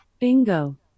Bingo